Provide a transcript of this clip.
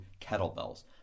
kettlebells